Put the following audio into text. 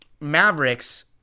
Mavericks